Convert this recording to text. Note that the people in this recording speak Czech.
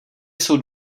jsou